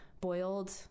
boiled